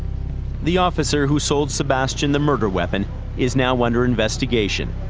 the officer who sold sebastian the murder weapon is now under investigation.